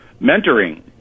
mentoring